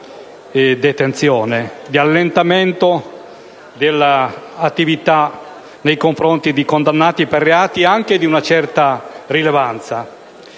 Grazie,